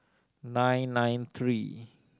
nine nine three